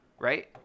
Right